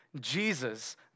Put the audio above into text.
Jesus